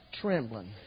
trembling